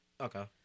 okay